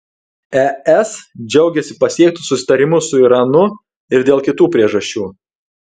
es džiaugiasi pasiektu susitarimu su iranu ir dėl kitų priežasčių